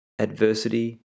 Adversity